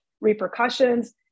repercussions